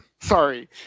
Sorry